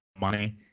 money